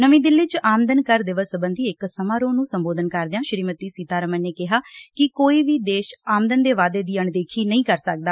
ਨਵੀ ਦਿੱਲੀ ਚ ਆਮਦਨ ਕਰ ਦਿਵਸ ਸਬੰਧੀ ਇਕ ਸਮਾਰੋਹ ਨ੍ਰੰ ਸੰਬੋਧਨ ਕਰਦਿਆਂ ਸ੍ਰੀਮਤੀ ਸੀਤਾਰਮਨ ਨੇ ਕਿਹਾ ਕਿ ਕੋਈ ਵੀ ਦੇਸ਼ ਆਮਦਨ ਦੇ ਵਾਧੇ ਦੀ ਅਣਦੇਖੀ ਨਹੀ ਕਰ ਸਕਦਾ